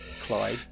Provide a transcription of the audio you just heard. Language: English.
Clyde